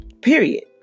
period